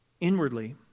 inwardly